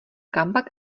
kampak